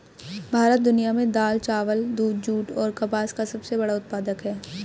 भारत दुनिया में दाल, चावल, दूध, जूट और कपास का सबसे बड़ा उत्पादक है